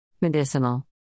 Medicinal